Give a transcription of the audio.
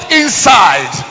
inside